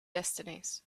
destinies